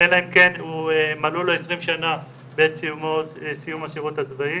אלא אם כן מלאו לו 20 שנה בעת סיום השירות הצבאי.